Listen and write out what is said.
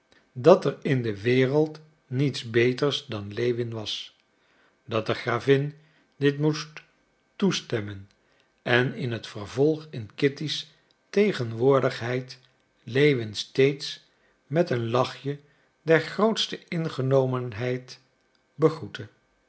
dat er in de wereld niets beters dan lewin was dat de gravin dit moest toestemmen en in het vervolg in kitty's tegenwoordigheid lewin steeds met een lachje der grootste ingenomenheid begroette